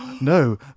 no